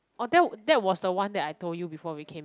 oh that that was the one that I told you before we came